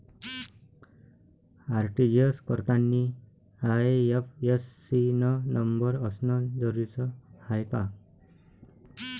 RTGS करतांनी IFSC न number असनं जरुरीच हाय का?